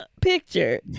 picture